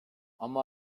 ama